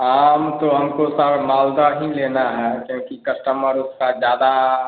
आम तो हमको सर मालदा ही लेना है क्योंकि कस्टमर उसका ज़्यादा